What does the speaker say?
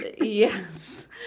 Yes